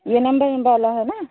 ये नंबर इन वाला है ना